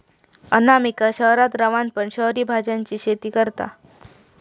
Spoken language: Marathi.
अनामिका शहरात रवान पण शहरी भाज्यांची शेती करता